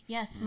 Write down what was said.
Yes